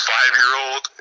five-year-old